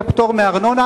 יהיה פטור מארנונה,